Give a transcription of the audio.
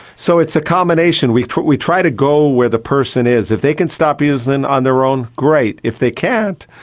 so it's a combination. we we try to go where the person is. if they can stop using on their own, great. if they can't,